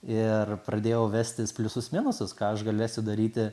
ir pradėjau vestis pliusus minusus ką aš galėsiu daryti